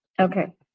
okay